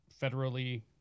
federally